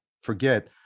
forget